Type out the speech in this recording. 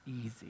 easy